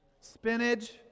Spinach